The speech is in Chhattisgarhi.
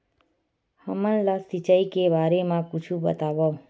हमन ला सिंचाई के बारे मा कुछु बतावव?